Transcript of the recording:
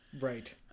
right